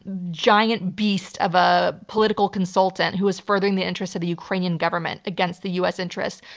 giant beast of a political consultant who is furthering the interests of the ukrainian government against the us interests,